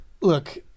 look